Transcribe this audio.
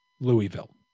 Louisville